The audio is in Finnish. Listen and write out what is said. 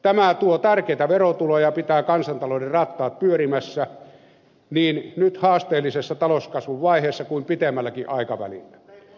tämä tuo tärkeitä verotuloja ja pitää kansantalouden rattaat pyörimässä niin nyt haasteellisessa talouskasvun vaiheessa kuin pitemmälläkin aikavälillä